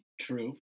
True